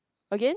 again